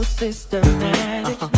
systematic